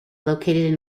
located